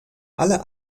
alle